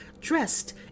dressed